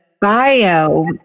bio